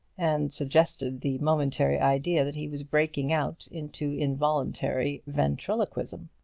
and suggested the momentary idea that he was breaking out into involuntary ventriloquism.